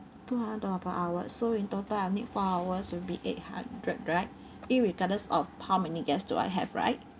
two hundred dollar per hour so in total I'll need four hours will be eight hundred right irregardless of how many guest do I have right